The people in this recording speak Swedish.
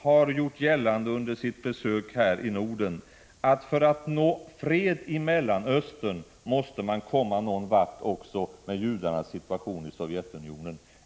Han gjorde under sitt besök här i Norden gällande att för att nå fred i Mellanöstern måste man komma någon vart också med judarnas situation i Sovjetunionen.